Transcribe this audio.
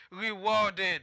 rewarded